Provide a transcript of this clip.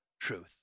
truth